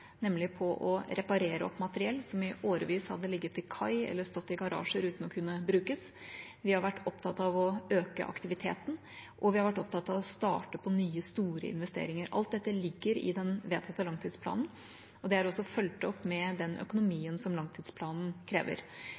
nemlig på å reparere opp materiell som i årevis hadde ligget til kai eller stått i garasjer uten å kunne brukes. Vi har vært opptatt av å øke aktiviteten, og vi har vært opptatt av å starte på nye store investeringer. Alt dette ligger i den vedtatte langtidsplanen, og det er også fulgt opp med den økonomien som langtidsplanen krever.